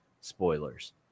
spoilers